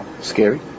Scary